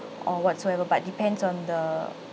or whatsoever but depends on the